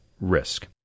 risk